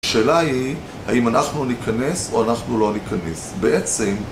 השאלה היא האם אנחנו ניכנס או אנחנו לא ניכנס. בעצם...